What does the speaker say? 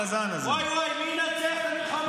וואי וואי, מי ינצח את המלחמות?